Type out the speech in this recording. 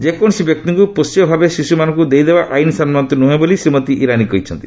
ଯେକୌଣସି ବ୍ୟକ୍ତିଙ୍କୁ ପୋଷ୍ୟ ଭାବେ ଶିଶୁମାନଙ୍କୁ ଦେଇଦେବା ଆଇନ ସମ୍ମତ ନୁହେଁ ବୋଲି ଶ୍ରୀମତୀ ଇରାନୀ କହିଛନ୍ତି